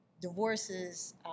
divorces